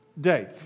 day